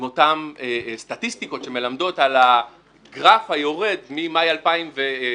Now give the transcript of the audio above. עם אותן סטטיסטיקות שמלמדות על הגרף היורד ממאי 2015,